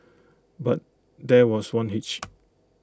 but there was one hitch